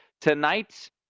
tonight